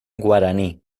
guaraní